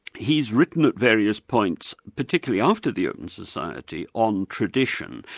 he's written at various points particularly after the open society, on tradition.